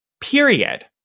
Period